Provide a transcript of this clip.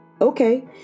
okay